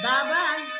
Bye-bye